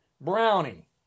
Brownie